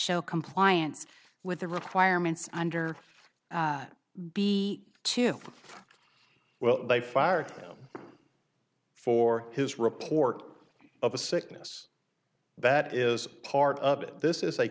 show compliance with the requirements under be to well they fired him for his report of a sickness that is part of it this is a